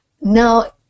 Now